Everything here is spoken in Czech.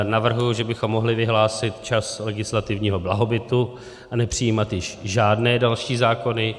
Navrhuji, že bychom mohli vyhlásit čas legislativního blahobytu a nepřijímat již žádné další zákony.